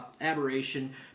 aberration